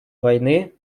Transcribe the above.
войны